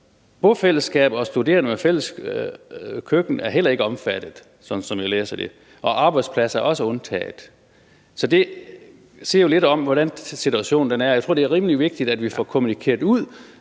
bofællesskaber og studerende med fælles køkkener er heller ikke omfattet, som jeg læser forslaget, og arbejdspladser er også undtaget. Det siger jo lidt om, hvordan situationen er. Jeg tror, det er rimelig vigtigt, at vi får det kommunikeret